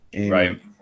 Right